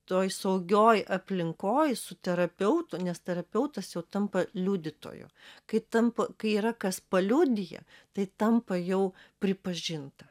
toj saugioj aplinkoj su terapeutu nes terapeutas jau tampa liudytoju kaip tampa kai yra kas paliudija tai tampa jau pripažinta